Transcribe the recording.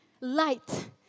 light